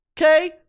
Okay